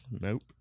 Nope